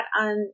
on